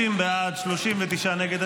50 בעד, 39 נגד.